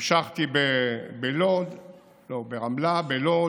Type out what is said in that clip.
המשכתי ברמלה, בלוד